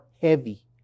heavy